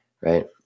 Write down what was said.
right